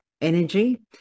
energy